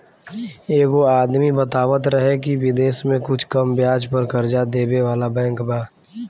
एगो आदमी बतावत रहे की बिदेश में कुछ कम ब्याज पर कर्जा देबे वाला बैंक बा